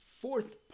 fourth